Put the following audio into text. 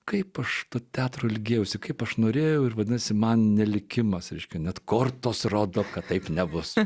kaip aš to teatro ilgėjausi kaip aš norėjau ir vadinasi man likimas reiškia net kortos rodo kad taip nebus